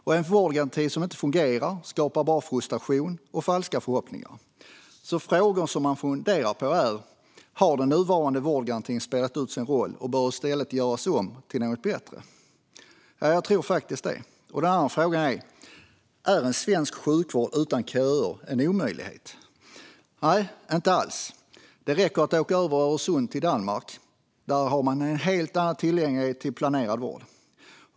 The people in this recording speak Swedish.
Och en vårdgaranti som inte fungerar skapar bara frustration och falska förhoppningar. En fråga som man funderar på är därför: Har den nuvarande vårdgarantin spelat ut sin roll, och bör den i stället göras om till något bättre? Ja, jag tror faktiskt det. En annan fråga är: Är en svensk sjukvård utan köer en omöjlighet? Nej, inte alls. Det räcker att åka över Öresund till Danmark. Där har man en helt annan tillgänglighet till planerad vård.